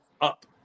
up